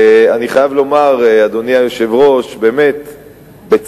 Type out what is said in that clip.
אני חייב לומר, אדוני היושב-ראש, בצער: